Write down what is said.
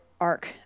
arc